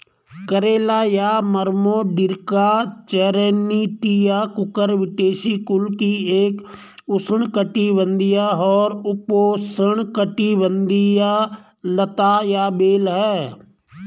करेला या Momordica charantia Cucurbitaceae कुल की एक उष्णकटिबंधीय और उपोष्णकटिबंधीय लता या बेल है